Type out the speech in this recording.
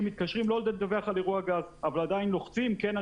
מתקשרים לא לדווח על אירוע גז אבל עדין לוחצים כן,